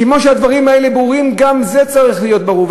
כמו שהדברים האלה ברורים, גם זה צריך להיות ברור.